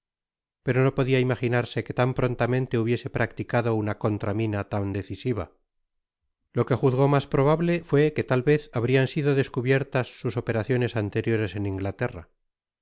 pero no podia imajinarse que tan prontamente hubiese practicado una contra mina tan decisiva lo que juzgó mas probable fué que tal vez habrian sido descubiertas sus operaciones anteriores en inglaterra